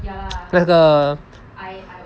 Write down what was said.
那个